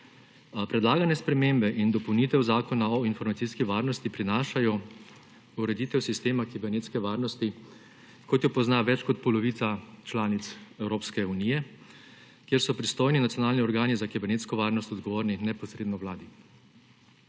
Predlagane spremembe in dopolnitve Zakona o informacijski varnosti prinašajo ureditev sistema kibernetske varnosti, kot jo pozna več kot polovica članic Evropske unije, kjer so pristojni nacionalni organi za kibernetsko varnost odgovorni neposredno vladi.